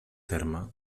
terme